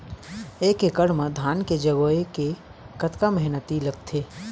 एक एकड़ म धान के जगोए के कतका मेहनती लगथे?